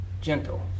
Gentle